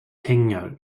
pengar